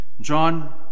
John